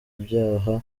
byaha